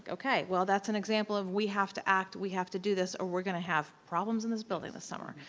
like okay, well that's an example of, we have to act, we have to do this or we're going to have problems in this building the summer.